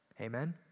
Amen